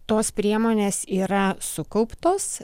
tos priemonės yra sukauptos